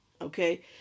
okay